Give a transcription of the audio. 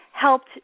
helped